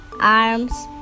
arms